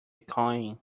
coin